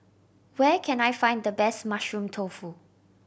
where can I find the best Mushroom Tofu